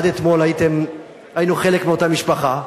עד אתמול היינו חלק מאותה משפחה,